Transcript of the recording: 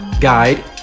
guide